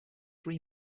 three